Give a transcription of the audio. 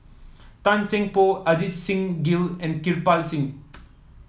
Tan Seng Poh Ajit Singh Gill and Kirpal Singh